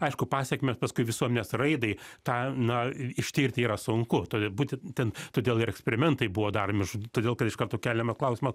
aišku pasekmes paskui visuomenės raidai tą na i ištirti yra sunku turi būti ten todėl ir eksperimentai buvo daromi ž todėl kuris iš karto keliamas klausimas